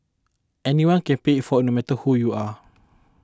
anyone can pay it forward no matter who you are